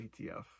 etf